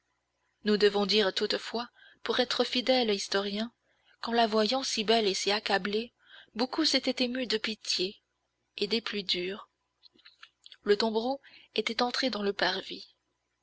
nous devons dire toutefois pour être fidèle historien qu'en la voyant si belle et si accablée beaucoup s'étaient émus de pitié et des plus durs le tombereau était entré dans le parvis